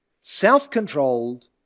self-controlled